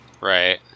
Right